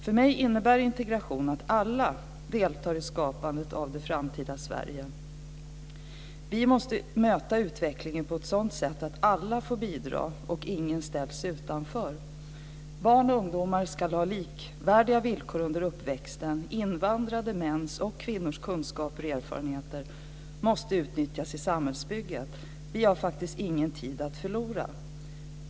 För mig innebär integration att alla deltar i skapandet av det framtida Sverige. Vi måste möta utvecklingen på ett sådant sätt att alla får bidra och ingen ställs utanför. Barn och ungdomar ska ha likvärdiga villkor under uppväxten; invandrade mäns och kvinnors kunskaper och erfarenheter måste utnyttjas i samhällsbygget. Vi har faktiskt ingen tid att förlora.